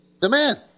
demand